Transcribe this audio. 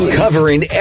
covering